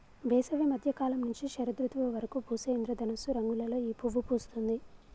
వేసవి మద్య కాలం నుంచి శరదృతువు వరకు పూసే ఇంద్రధనస్సు రంగులలో ఈ పువ్వు పూస్తుంది